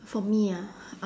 for me ah